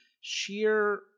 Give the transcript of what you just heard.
sheer